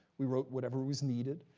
we wrote whatever was needed.